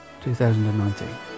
2019